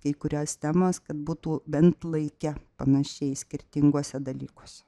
kai kurios temos kad būtų bent laike panašiai skirtinguose dalykuose